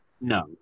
No